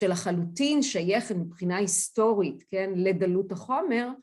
‫שלהחלוטין שייך מבחינה היסטורית ‫לדלות החומר.